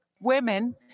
women